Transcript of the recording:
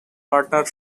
partner